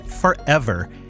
forever